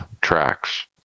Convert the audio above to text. tracks